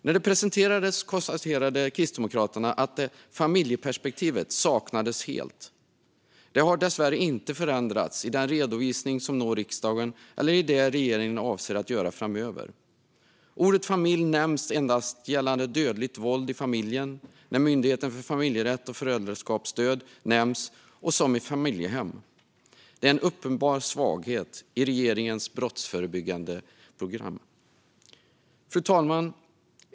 När det presenterades konstaterade Kristdemokraterna att familjeperspektivet saknades helt. Det har dessvärre inte förändrats i den redovisning som når riksdagen eller i det regeringen avser att göra framöver. Ordet familj nämns endast gällande dödligt våld i familjen, när Myndigheten för familjerätt och föräldraskapsstöd nämns och när familjehem nämns. Det är en uppenbar svaghet i regeringens brottsförebyggande program. Fru talman!